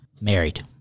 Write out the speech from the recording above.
married